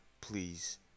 please